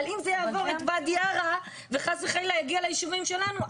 אבל אם זה יעבור את ואדי ערה וחס וחלילה יגיע ליישובים שלנו,